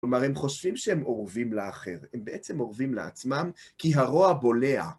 כלומר, הם חושבים שהם אורבים לאחר, הם בעצם אורבים לעצמם כי הרוע בולע.